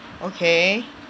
okay